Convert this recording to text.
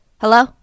Hello